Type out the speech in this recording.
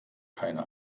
keine